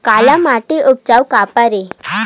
काला माटी उपजाऊ काबर हे?